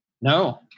No